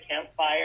campfire